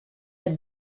had